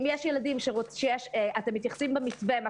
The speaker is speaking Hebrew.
אם יש ילדים שאתם מתייחסים במתווה למה